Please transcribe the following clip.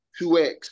2x